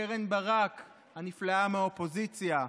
קרן ברק הנפלאה מהאופוזיציה,